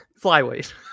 flyweight